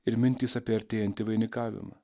ir mintys apie artėjantį vainikavimą